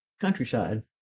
countryside